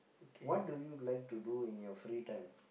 what do you like to do in your free time